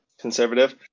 conservative